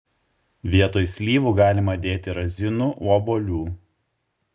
vietoj slyvų galima dėti razinų obuolių